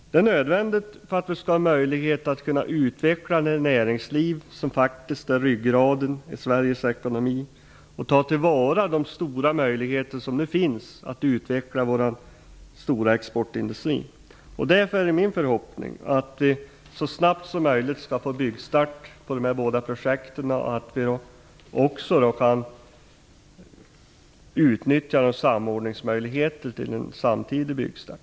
Det är nödvändigt för att vi skall ha möjlighet att utveckla det näringsliv som är ryggraden i Sveriges ekonomi och ta till vara de stora möjligheter som finns att utveckla den stora exportindustrin. Därför är det min förhoppning att det så snabbt som möjligt skall bli byggstart för de båda projekten och att samordningsmöjligheterna kan utnyttjas till en samtidig byggstart.